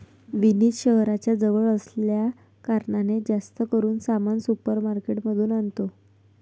विनीत शहराच्या जवळ असल्या कारणाने, जास्त करून सामान सुपर मार्केट मधून आणतो